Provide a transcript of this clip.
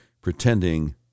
pretending